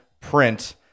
print